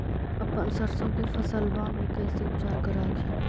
अपन सरसो के फसल्बा मे कैसे उपचार कर हखिन?